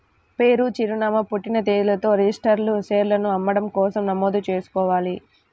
పేరు, చిరునామా, పుట్టిన తేదీలతో రిజిస్టర్డ్ షేర్లను అమ్మడం కోసం నమోదు చేసుకోవాలి